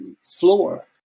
floor